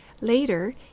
Later